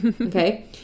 okay